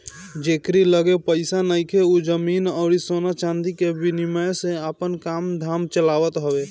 जेकरी लगे पईसा नइखे उ जमीन अउरी सोना चांदी के विनिमय से आपन काम धाम चलावत हवे